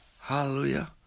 Hallelujah